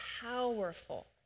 powerful